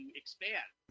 expand